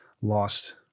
lost